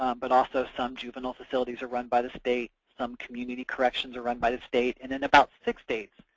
um but also some juvenile facilities are run by the state, some community corrections are run by the state, and in about six states,